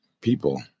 people